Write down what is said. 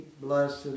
Blessed